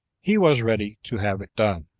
he was ready to have it done.